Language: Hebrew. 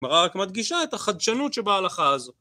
כלומר, רק מדגישה את החדשנות שבהלכה הזאת.